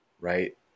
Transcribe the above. right